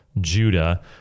Judah